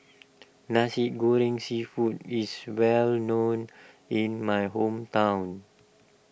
Nasi Goreng Seafood is well known in my hometown